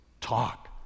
talk